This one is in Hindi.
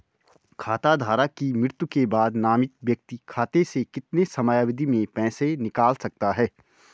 खाता धारक की मृत्यु के बाद नामित व्यक्ति खाते से कितने समयावधि में पैसे निकाल सकता है?